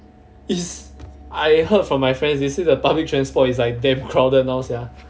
is I heard from my friend they say the public transport is like damn crowded now sia